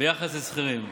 מאלו של שכירים.